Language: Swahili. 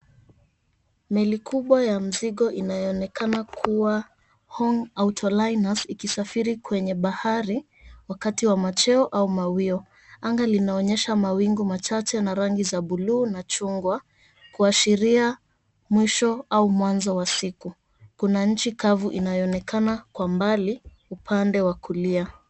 Meli kubwa ya mzigo inayoonekana kuwa HOEGH AUTOLINERS ikisafiri kwenye bahari wakati wa macheo au mawio. Anga linaonyesha mawingu machache na rangi za buluu na chungwa kuashiria mwisho au mwanzo wa siku. Kuna nchi kavu inayoonekana kwa mbali upande wa kulia.